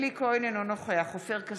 אלי כהן, אינו נוכח עופר כסיף,